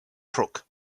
crook